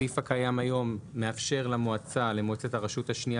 הסעיף הקיים היום מאפשר למועצת הרשות השנייה